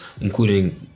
including